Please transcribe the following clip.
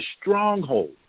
stronghold